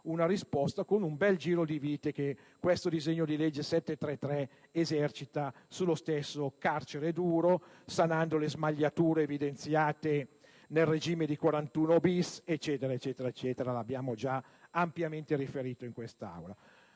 una risposta con un bel giro di vite che questo disegno di legge n. 733-B esercita sullo stesso carcere duro, sanando le smagliature evidenziate nel regime di 41-*bis*, e così via, come abbiamo già ampiamente riferito in Aula.